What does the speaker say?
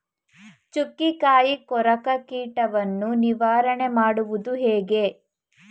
ಚುಕ್ಕಿಕಾಯಿ ಕೊರಕ ಕೀಟವನ್ನು ನಿವಾರಣೆ ಮಾಡುವುದು ಹೇಗೆ?